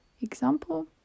example